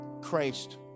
Christ